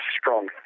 strong